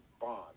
bond